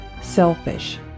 selfish